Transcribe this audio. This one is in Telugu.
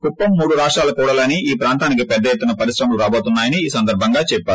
కుప్పం మూడు రాష్లాల కూడలి అనిఈ ప్రాంతానికి పెద్ద ఎత్తున పరిశ్రమలు రాబోతున్నా యని ఈ సందర్బంగా చెప్పారు